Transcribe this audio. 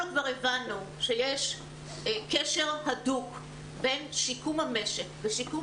אנחנו כבר הבנו שיש קשר הדוק בין שיקום המשק ושיקום